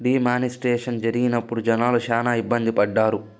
D మానిస్ట్రేషన్ జరిగినప్పుడు జనాలు శ్యానా ఇబ్బంది పడ్డారు